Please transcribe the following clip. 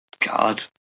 God